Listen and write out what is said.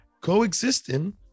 coexisting